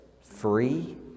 free